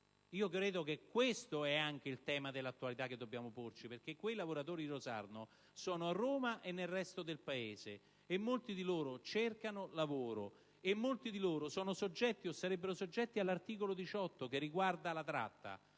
che anche questo sia un tema d'attualità che dobbiamo porci. Quei lavoratori di Rosarno sono a Roma e nel resto del Paese e molti di loro cercano lavoro. Molti di loro sono o sarebbero soggetti all'articolo 18 che riguarda la tratta.